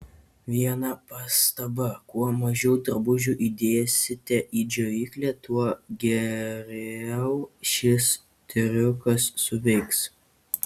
viena pastaba kuo mažiau drabužių įdėsite į džiovyklę tuo geriau šis triukas suveiks